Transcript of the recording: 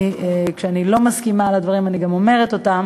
שכשלא מסכימה לדברים גם אומרת את זה,